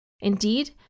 Indeed